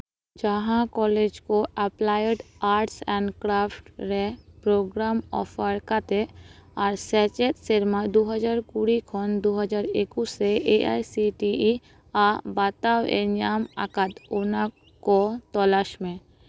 ᱡᱟᱦᱟᱸ ᱠᱚᱞᱮᱡᱽ ᱠᱚ applied arts and craft ᱨᱮ ᱯᱨᱳᱜᱨᱟᱢ ᱚᱯᱷᱟᱨ ᱠᱟᱛᱮ ᱟᱨ ᱥᱮᱪᱮᱫ ᱥᱮᱨᱢᱟ ᱫᱩ ᱦᱟᱡᱟᱨ ᱠᱩᱲᱤ ᱠᱷᱚᱱ ᱫᱩ ᱦᱟᱡᱟᱨ ᱮᱠᱩᱥ ᱨᱮ ᱮ ᱟᱭ ᱥᱤ ᱴᱤ ᱟᱜ ᱵᱟᱛᱟᱣ ᱮ ᱧᱟᱢ ᱟᱠᱟᱫ ᱚᱱᱟ ᱠᱚ ᱛᱚᱞᱟᱥ ᱢᱮ